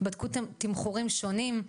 בדקו תמחורים שונים.